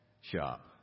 shop